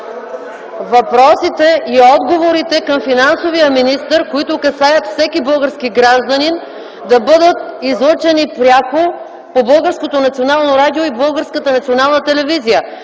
въпросите и отговорите към финансовия министър, които касаят всеки български гражданин, да бъдат излъчени пряко по Българското